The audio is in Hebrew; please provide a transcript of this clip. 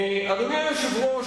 אדוני היושב-ראש,